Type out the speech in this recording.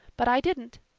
but i didn't.